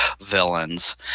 villains